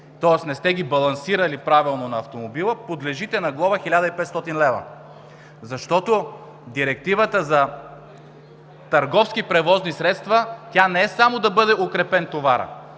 тоест не сте ги балансирали правилно на автомобила, подлежите на глоба 1500 лв., защото Директивата за търговски превозни средства не е само да бъде укрепен товарът,